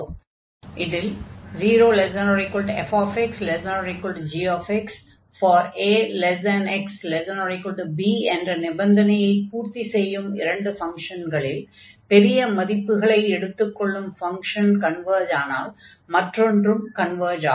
ஒன்று இதில் 0≤fx≤gxax≤b என்ற நிபந்தனையைப் பூர்த்தி செய்யும் இரண்டு ஃபங்ஷன்களில் பெரிய மதிப்புகளை எடுத்துக் கொள்ளும் ஃபங்ஷன் கன்வர்ஜ் ஆனால் மற்றொன்றும் கன்வர்ஜ் ஆகும்